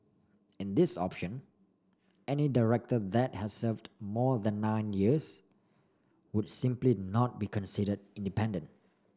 in this option any director that has served more than nine years would simply not be considered independent